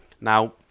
Now